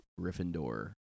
Gryffindor